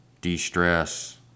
de-stress